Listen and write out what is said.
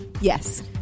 Yes